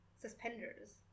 suspenders